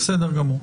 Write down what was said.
בסדר גמור.